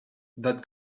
that